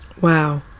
wow